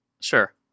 Sure